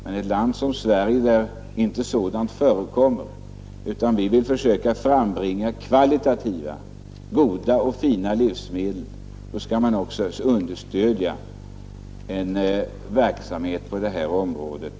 Men i ett land som Sverige, där svält inte förekommer utan där vi vill försöka frambringa kvalitativt goda och fina livsmedel, bör man understödja en försöksverksamhet på detta område.